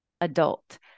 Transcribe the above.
adult